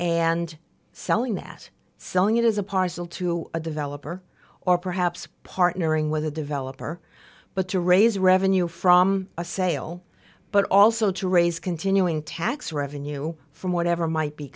and selling that selling it as a parcel to a developer or perhaps partnering with a developer but to raise revenue from a sale but also to raise continuing tax revenue from whatever might be